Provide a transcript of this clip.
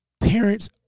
parents